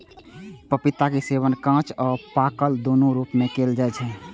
पपीता के सेवन कांच आ पाकल, दुनू रूप मे कैल जाइ छै